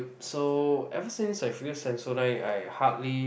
so ever since I've used Sensodyne I hardly